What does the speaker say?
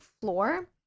floor